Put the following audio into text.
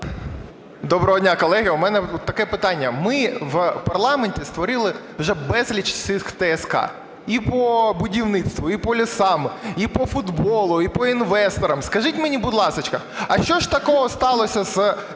Доброго дня, колеги! У мене таке питання. Ми в парламенті створили вже безліч цих ТСК – і по будівництву, і по лісам, і по футболу, і по інвесторам. Скажіть мені, будь ласка, а що ж такого сталося з цією